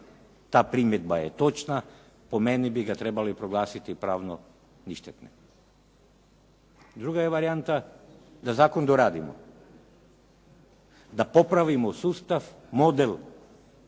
ta primjedba je točna, po meni bi ga trebali proglasiti pravno ništetnim. Druga je varijanta da zakon doradimo, da popravimo u sustav model